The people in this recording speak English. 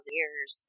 years